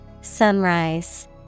Sunrise